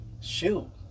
Shoot